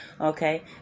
Okay